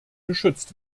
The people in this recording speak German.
geschützt